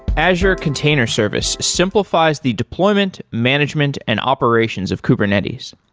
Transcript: azure container service simplifies the deployment, management and operations of kubernetes.